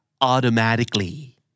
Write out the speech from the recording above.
automatically